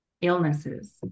illnesses